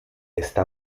está